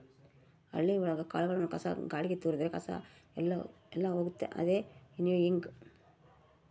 ಹಳ್ಳಿ ಒಳಗ ಕಾಳುಗಳನ್ನು ಗಾಳಿಗೆ ತೋರಿದ್ರೆ ಕಸ ಎಲ್ಲ ಹೋಗುತ್ತೆ ಅದೇ ವಿನ್ನೋಯಿಂಗ್